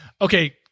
okay